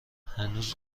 هنوز